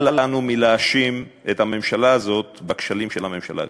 אל לנו להאשים את הממשלה הזאת בכשלים של הממשלה הקודמת.